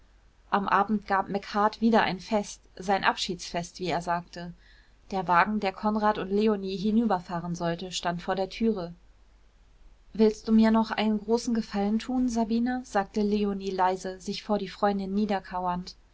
am abend gab macheart wieder ein fest sein abschiedsfest wie er sagte der wagen der konrad und leonie hinüberfahren sollte stand vor der türe willst du mir noch einen großen gefallen tun sabine sagte leonie leise sich vor die freundin